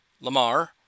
Lamar